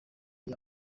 ari